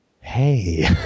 Hey